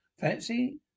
Fancy